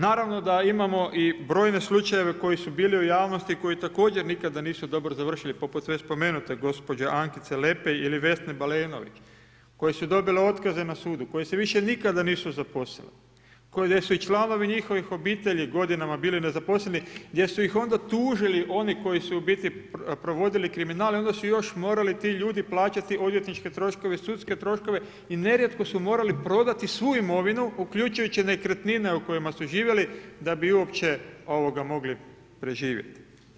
Naravno da imamo i brojne slučajeve koji su bili u javnosti, koji također nikada nisu dobro završili, poput već spomenute gospođe Ankice Lepej ili Vesne Balenović, koje su dobile otkaze na sudu, koje se više nikada nisu zaposlile, kojima su i članovi njihovih obitelji godinama bili nezaposleni, gdje su ih onda tužili oni koji su u biti provodili kriminal i onda su još morali ti ljudi plaćati odvjetničke troškove, sudske troškove i nerijetko su morali prodati svu imovinu, uključujući nekretnine u kojima su živjele da bi uopće mogli preživjeti.